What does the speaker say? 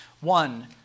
One